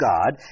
God